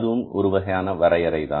அதுவும் ஒருவகையான வரையறை தான்